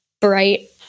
bright